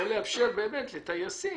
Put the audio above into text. או לאפשר באמת לטייסים,